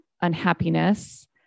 unhappiness